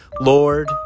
Lord